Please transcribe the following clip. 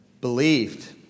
believed